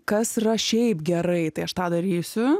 kas yra šiaip gerai tai aš tą darysiu